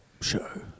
show